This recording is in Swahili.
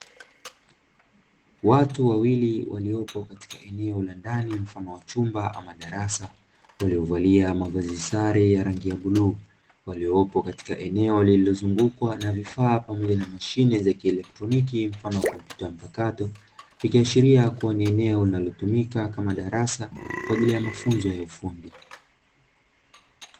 Watu wawili waliopo katika eneo la ndani mfano wa chumba ama darasa, waliovalia mavazi sare ya rangi ya bluu, waliopo katika eneo lililozungukwa na vifaa pamoja na mashine za kieletroniki mfano wa kompyuta mpakato, ikiashiria kuwa ni eneo linalotumika kama darasa, kwa ajili ya mafunzo ya ufundi.